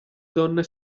donne